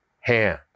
hand